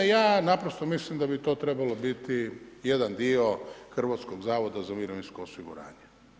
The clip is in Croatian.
Ja naprosto mislim da bi to trebalo biti jedan dio Hrvatskog zavoda za mirovinsko osiguranje.